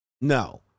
No